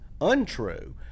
untrue